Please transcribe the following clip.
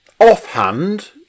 Offhand